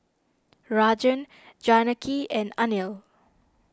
Rajan Janaki and Anil